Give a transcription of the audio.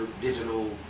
digital